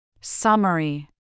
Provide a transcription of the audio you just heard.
Summary